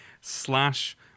slash